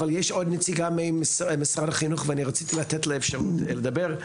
יש עוד נציגה ממשרד החינוך ורציתי לה אפשרות לדבר.